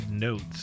Notes